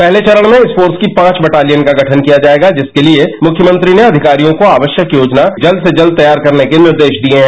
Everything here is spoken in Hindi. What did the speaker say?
पहले चरण में इस फोर्स की पांच बटालियन का गठन किया जायेगा जिसके लिए मुख्यमंत्री ने अधिकारियों को आवश्यक योजना जल्द से जल्द तैयार करने के निर्देश दिये हैं